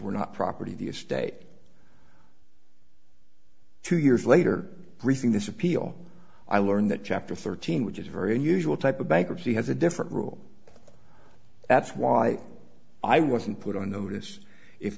were not property of the estate two years later briefing this appeal i learned that chapter thirteen which is a very unusual type of bankruptcy has a different rule that's why i wasn't put on notice if